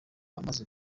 amaze